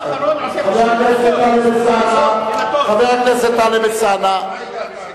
מי שהגיע במטוס אחרון,